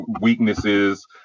weaknesses